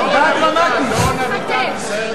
דורון אביטל מסיירת מטכ"ל.